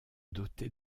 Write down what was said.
doté